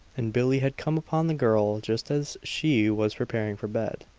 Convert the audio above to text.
and billie had come upon the girl just as she was preparing for bed.